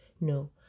No